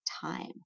time